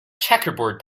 checkerboard